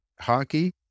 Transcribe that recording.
hockey